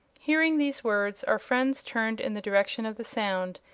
hearing these words our friends turned in the direction of the sound,